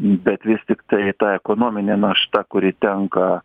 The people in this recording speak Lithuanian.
bet vis tiktai ta ekonominė našta kuri tenka